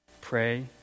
Pray